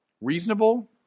Reasonable